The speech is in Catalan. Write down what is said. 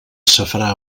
safrà